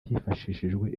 hifashishijwe